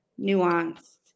nuanced